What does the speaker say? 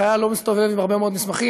חייל לא מסתובב עם הרבה מאוד מסמכים.